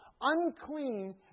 unclean